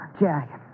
Jack